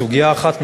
סוגיה אחת נוספת,